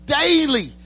daily